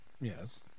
Yes